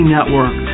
Network